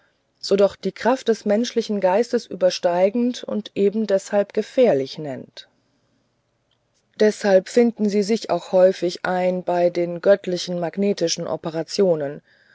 doch die kraft des menschlichen geistes übersteigend und eben deshalb gefährlich nennt deshalb finden sie sich auch häufig ein bei den göttlichen magnetischen operationen